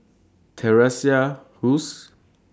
Teresa Hsu